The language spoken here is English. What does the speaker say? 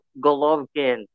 Golovkin